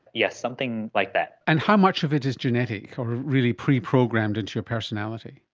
yes, something like that. and how much of it is genetic or really pre-programmed into your personality?